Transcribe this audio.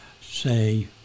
say